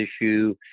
issue